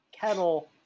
kettle